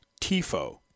tifo